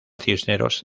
cisneros